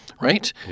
right